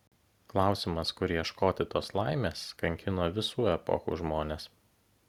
klausimas kur ieškoti tos laimės kankino visų epochų žmones